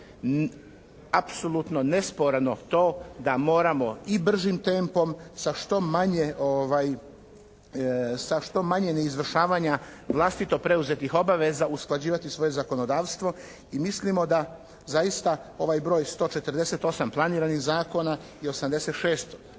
apsolutno nesporno to da moramo i bržim tempom sa što manje neizvršavanja vlastito preuzetih obaveza usklađivati svoje zakonodavstvo. I mislimo zaista da ovaj broj 148 planiranih zakona i 86